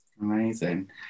Amazing